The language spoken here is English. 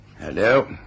Hello